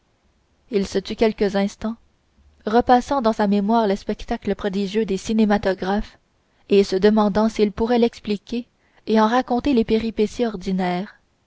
il se tut quelques instants repassant dans sa mémoire le spectacle prodigieux des cinématographes et se demandant s'il pourrait l'expliquer et en raconter les péripéties ordinaires